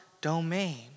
domain